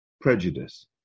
prejudice